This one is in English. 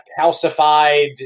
calcified